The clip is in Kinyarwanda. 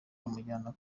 bamujyana